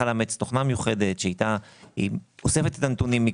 לאמץ תוכנה מיוחדת שאיתה היא אוספת את הנתונים.